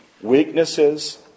weaknesses